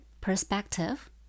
perspective